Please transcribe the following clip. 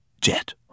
jet